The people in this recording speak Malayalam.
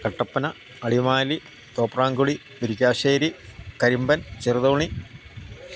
കട്ടപ്പന അടിമാലി തോപ്രാംകുടി മുരിക്കാശ്ശേരി കരിമ്പൻ ചെറുതോണി